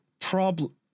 problem